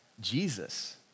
Jesus